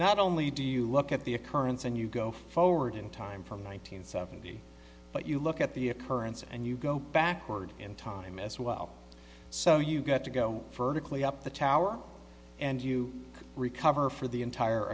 not only do you look at the occurrence and you go forward in time from one nine hundred seventy but you look at the occurrence and you go backwards in time as well so you got to go further up the tower and you recover for the entire